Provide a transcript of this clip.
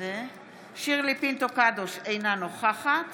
שירלי פינטו קדוש, אינה נוכחת